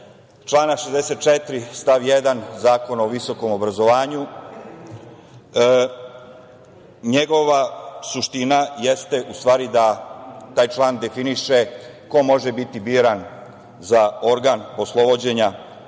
člana 64. stav 1. Zakona o visokom obrazovanju, njegova suština jeste u stvari da taj član definiše ko može biti biran za organ poslovođenja